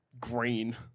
green